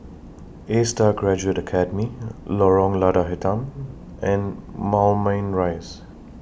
ASTAR Graduate Academy Lorong Lada Hitam and Moulmein Rise